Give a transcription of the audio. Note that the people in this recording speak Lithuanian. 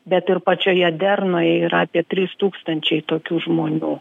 bet ir pačioje dernoje yra apie trys tūkstančiai tokių žmonių